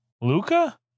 Luca